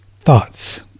Thoughts